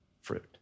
fruit